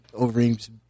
Overeem's